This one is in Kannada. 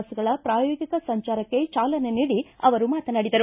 ಬಸ್ಗಳ ಪ್ರಾಯೋಗಿಕ ಸಂಜಾರಕ್ಕೆ ಚಾಲನೆ ನೀಡಿ ಅವರು ಮಾತನಾಡಿದರು